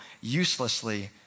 uselessly